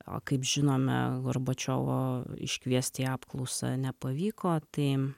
o kaip žinome gorbačiovo iškviesti į apklausą nepavyko tai